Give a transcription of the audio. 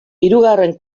hirugarren